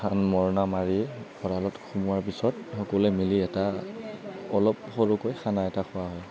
ধান মৰণা মাৰি ভঁৰালত সোমোৱাৰ পিছত সকলোৱে মিলি এটা অলপ সৰুকৈ খানা এটা খোৱা হয়